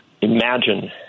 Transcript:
imagine